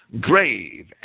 grave